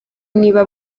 niba